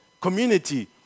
community